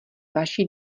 vaší